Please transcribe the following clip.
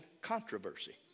Controversy